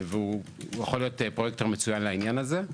הוא יכול להיות פרויקטור מצוין לעניין הזה.